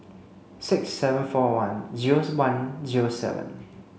six seven four one zero one zero seven